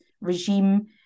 regime